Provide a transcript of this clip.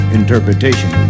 interpretation